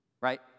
right